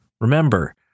Remember